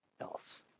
else